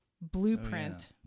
blueprint